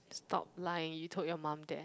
stop lying you told your mum that